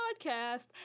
podcast